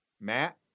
Matt